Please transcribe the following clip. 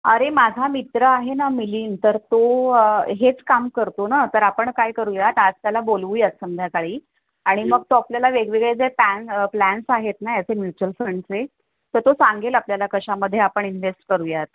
अरे माझा मित्र आहे ना मिलिंद तर तो हेच काम करतो ना तर आपण काय करूयात आज त्याला बोलूयात संध्याकाळी आणि मग तो आपल्याला वेगवेगळे ज्या पॅन प्लॅन्स आहेत ना याचे म्युच्युअल फंडचे तर तो सांगेल आपल्याला कशामध्येे आपण इन्व्हेस्ट करूयात